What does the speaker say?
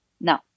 No